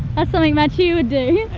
thats something matue would do